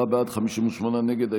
54 בעד, 58 נגד.